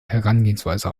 herangehensweise